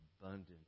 abundant